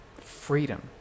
freedom